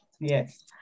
Yes